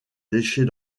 déchets